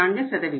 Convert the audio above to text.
4